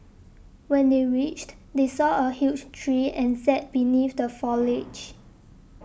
when they reached they saw a huge tree and sat beneath the foliage